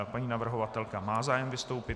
Paní navrhovatelka má zájem vystoupit.